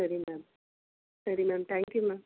சரி மேம் சரி ma'am thank you ma'am